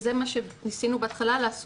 שזה מה שבהתחלה ניסינו לעשות,